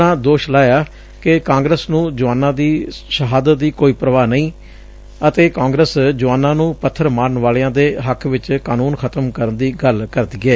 ਉਨ੍ਹਾਂ ਦੋਸ਼ ਲਾਇਆ ਕਿ ਕਾਂਗਰਸ ਨ੍ਹੰ ਜੁਆਨਾਂ ਦੀ ਸ਼ਹਾਦਤ ਦੀ ਕੋਈ ਪਰਵਾਹ ਨਹੀਂ ਏ ਅਤੇ ਕਾਂਗਰਸ ਜੁਆਨਾਂ ਨੂੰ ਪੱਬਰ ਮਾਰਨ ਵਾਲਿਆਂ ਦੇ ਹੱਕ ਵਿਚ ਕਾਨੂੰਨ ਖਤਮ ਕਰਨ ਦੀ ਗੱਲ ਕਰਦੀ ਏ